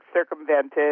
circumvented